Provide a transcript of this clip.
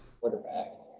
Quarterback